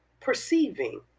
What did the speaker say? Perceiving